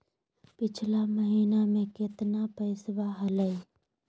पिछला महीना मे कतना पैसवा हलय?